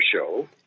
Show